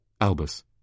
Albus